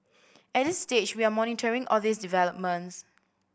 at this stage we are monitoring all these developments